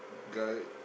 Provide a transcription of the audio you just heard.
guy